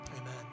amen